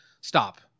stop